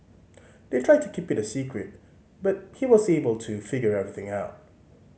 they tried to keep it a secret but he was able to figure everything out